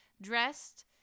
dressed